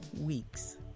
weeks